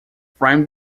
frame